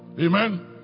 Amen